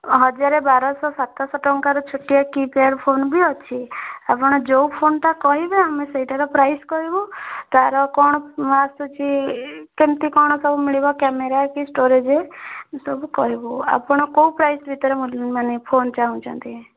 ହଜାରେ ବାର ଶହ ସାତ ଶହ ଟଙ୍କାର ଛୋଟିଆ କୀ ପ୍ୟାଡ଼୍ ଫୋନ୍ ବି ଅଛି ଆପଣ ଯେଉଁ ଫୋନ୍ଟା କହିବେ ଆମେ ସେଇଟାର ପ୍ରାଇସ୍ କହିବୁ ତାର କ'ଣ ଆସୁଛି କେମିତି କ'ଣ ସବୁ ମିଳିବ କ୍ୟାମେରା କି ଷ୍ଟୋରେଜ ସବୁ କହିବୁ ଆପଣ କେଉଁ ପ୍ରାଇସ୍ ଭିତରେ ମାନେ ଫୋନ୍ ଚାହୁଁଛନ୍ତି